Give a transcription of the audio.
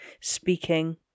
speaking